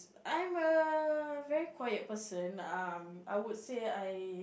I'm a very quiet person um I would say I